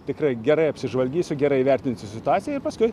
tikrai gerai apsižvalgysiu gerai įvertinsiu situaciją ir paskui